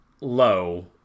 low